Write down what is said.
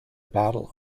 battle